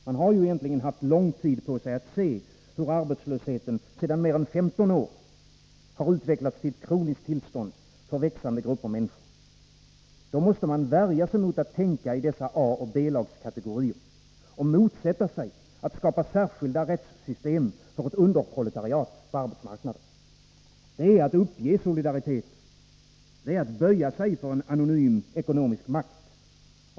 Man har egentligen haft lång tid på sig att se hur arbetslösheten sedan mer än 15 år har utvecklats till ett kroniskt tillstånd för växande grupper människor. Då måste man värja sig emot att tänka i dessa A och B-lagskategorier och motsätta sig att det skapas särskilda rättssystem för ett underproletariat på arbetsmarknaden. Det är att uppge solidariteten, och det är att böja sig för en anonym ekonomisk makt.